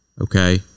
Okay